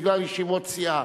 בגלל ישיבות סיעה,